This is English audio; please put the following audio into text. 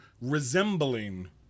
resembling